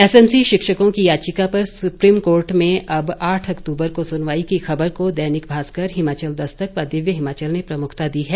SMC शिक्षकों की याचिका पर सुप्रीम कोर्ट में अब आठ अक्तूबर को सुनवाई की खबर को दैनिक भास्कर हिमाचल दस्तक व दिव्य हिमाचल ने प्रमुखता दी है